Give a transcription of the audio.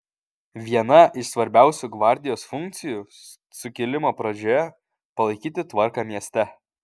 viena iš svarbiausių gvardijos funkcijų sukilimo pradžioje palaikyti tvarką mieste